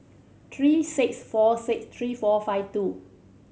three six four six three four five two